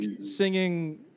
singing